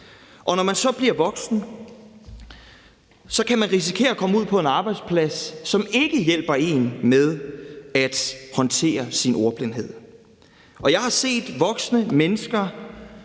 Og når man så bliver voksen, kan man risikere at komme ud på en arbejdsplads, som ikke hjælper en med at håndtere ens ordblindhed. Jeg har set voksne mennesker